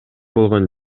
болгон